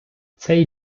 цей